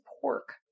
pork